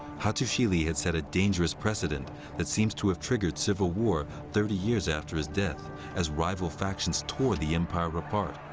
hattusili had set a dangerous precedent that seems to have triggered civil war thirty years after his death as rival factions tore the empire apart,